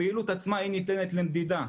הפעילות עצמה, היא ניתנת למדידה.